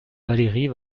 valérie